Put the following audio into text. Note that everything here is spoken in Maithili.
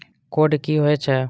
कोड की होय छै?